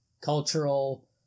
cultural